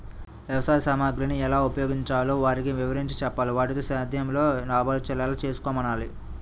వ్యవసాయ సామగ్రిని ఎలా ఉపయోగించాలో వారికి వివరించి చెప్పాలి, వాటితో సేద్యంలో లాభాలొచ్చేలా చేసుకోమనాలి